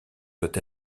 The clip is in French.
doit